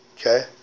Okay